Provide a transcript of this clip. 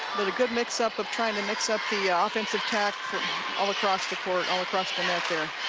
but a good mix-up of trying to mix up the ah offensive tack all across the court, all across the net there